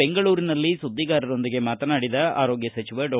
ಬೆಂಗಳೂರಿನಲ್ಲಿ ಸುದ್ವಿಗಾರರೊಂದಿಗೆ ಮಾತನಾಡಿದ ಆರೋಗ್ಗ ಸಚಿವ ಡಾ